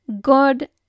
God